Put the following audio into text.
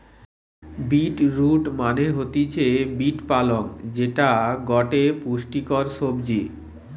beet root মানে হতিছে beet পালং যেটা গটে পুষ্টিকর সবজি